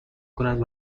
کند